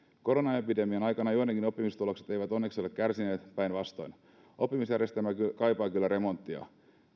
koronaepidemian aikana joidenkin oppimistulokset eivät onneksi ole kärsineet päinvastoin oppimisjärjestelmä kaipaa kyllä remonttia